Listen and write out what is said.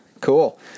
cool